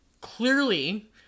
clearly